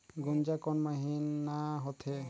गुनजा कोन महीना होथे?